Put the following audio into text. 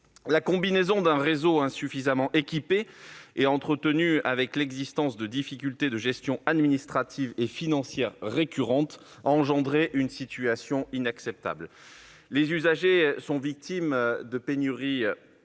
la combinaison d'un réseau insuffisamment équipé et entretenu avec l'existence de difficultés de gestion administrative et financière récurrentes a créé une situation inacceptable. Les usagers sont victimes de pénuries